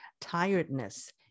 tiredness